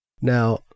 Now